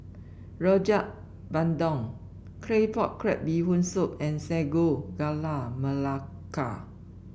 Rojak Bandung Claypot Crab Bee Hoon Soup and Sago Gula Melaka